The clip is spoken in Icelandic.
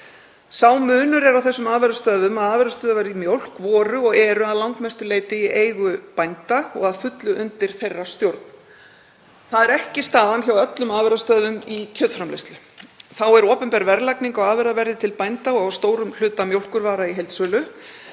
Sá munur er á þessum afurðastöðvum að afurðastöðvar í mjólk voru og eru að langmestu leyti í eigu bænda og að fullu undir þeirra stjórn. Það er ekki staðan hjá öllum afurðastöðvum í kjötframleiðslu. Þá er opinber verðlagning á afurðaverði til bænda og að stórum hluta mjólkurvara í heildsölu.